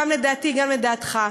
גם לדעתי וגם לדעתך.